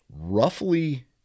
roughly